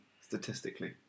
statistically